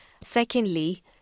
Secondly